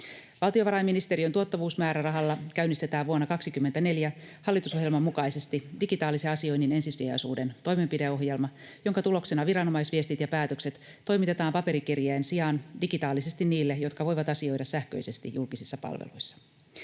Valtiovarainministeriön tuottavuusmäärärahalla käynnistetään vuonna 24 hallitusohjelman mukaisesti digitaalisen asioinnin ensisijaisuuden toimenpideohjelma, jonka tuloksena viranomaisviestit ja päätökset toimitetaan paperikirjeen sijaan digitaalisesti niille, jotka voivat asioida sähköisesti julkisissa palveluissa.